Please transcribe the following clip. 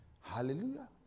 Hallelujah